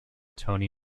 tony